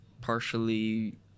partially